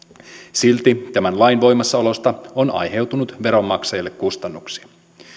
silti tämän lain voimassaolosta on aiheutunut veronmaksajille kustannuksia